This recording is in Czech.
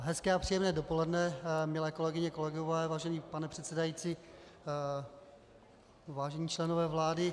Hezké a příjemné dopoledne, milé kolegyně, kolegové, vážený pane předsedající, vážení členové vlády.